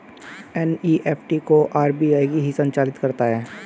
NEFT को RBI ही संचालित करता है